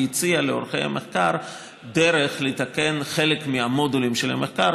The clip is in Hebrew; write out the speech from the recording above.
והיא הציעה לעורכי המחקר דרך לתקן חלק מהמודולים של המחקר